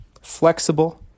Flexible